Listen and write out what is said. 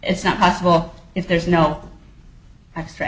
it's not possible if there's no extra